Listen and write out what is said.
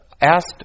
asked